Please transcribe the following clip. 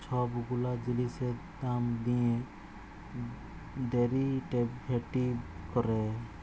ছব গুলা জিলিসের দাম দিঁয়ে ডেরিভেটিভ ক্যরে